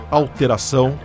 alteração